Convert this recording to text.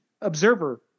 observer